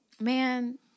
man